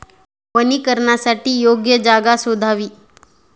वनीकरणासाठी योग्य जागा शोधावी